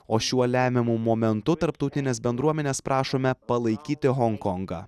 o šiuo lemiamu momentu tarptautinės bendruomenės prašome palaikyti honkongą